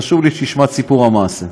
חשוב לי שתשמע את סיפור המעשה,